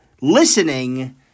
listening